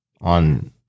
on